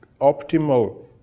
optimal